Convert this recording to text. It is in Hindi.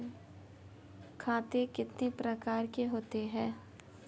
खाते कितने प्रकार के होते हैं?